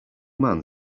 man